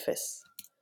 אפס.